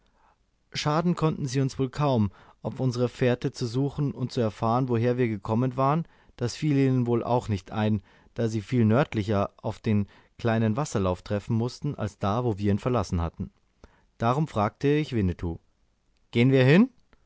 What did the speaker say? schaden konnten sie uns wohl kaum und unsere fährte zu suchen um zu erfahren woher wir gekommen waren das fiel ihnen wohl auch nicht ein da sie viel nördlicher auf den kleinen wasserlauf treffen mußten als da wo wir ihn verlassen hatten darum fragte ich winnetou gehen wir hin